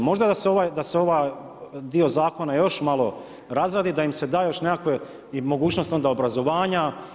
Možda da se ovaj dio zakona još malo razradi, da im se da još nekakva mogućnost obrazovanja.